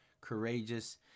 courageous